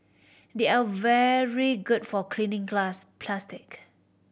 they are very good for cleaning glass plastic